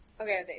Okay